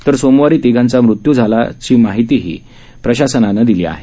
तर सोमवारी तीघांचा मृत्यू झाला असल्याची माहिती प्रशासनानं दिली आहे